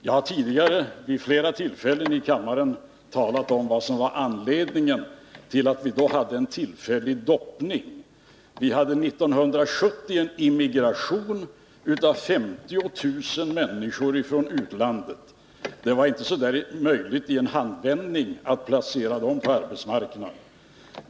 Jag har tidigare vid flera tillfällen i kammaren talat om vad som var anledningen till att vi då hade en tillfällig doppning. Vi hade 1970-1971 en immigration av 50 000 människor från utlandet. Det var inte möjligt att i en handvändning placera dem på arbetsmarknaden.